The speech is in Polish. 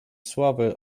słabe